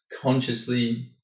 consciously